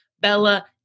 Bella